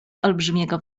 olbrzymiego